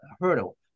hurdle